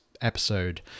episode